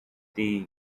the